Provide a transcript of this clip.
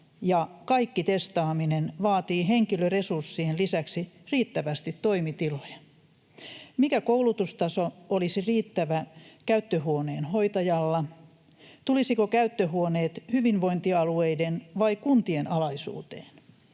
kaikki testaaminen vaatii henkilöresurssien lisäksi riittävästi toimitiloja. Mikä koulutustaso olisi riittävä käyttöhuoneen hoitajalla? Tulisivatko käyttöhuoneet hyvinvointialueiden vai kuntien alaisuuteen?